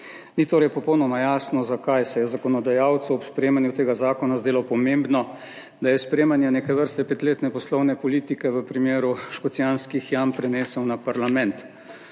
Ni torej popolnoma jasno, zakaj se je zakonodajalcu ob sprejemanju tega zakona zdelo pomembno, da je sprejemanje neke vrste petletne poslovne politike v primeru Škocjanskih jam prenesel na parlament.